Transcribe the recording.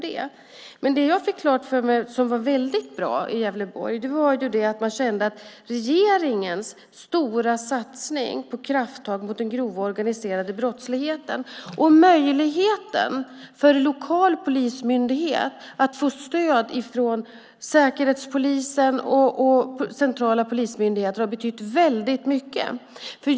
Det jag fick klart för mig i Gävleborg, något som är väldigt bra, var att man kände att regeringens stora satsning på krafttag mot den grova organiserade brottsligheten samt möjligheten för lokal polismyndighet att få stöd från säkerhetspolisen och de centrala polismyndigheterna har betytt väldigt mycket.